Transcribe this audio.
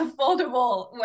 affordable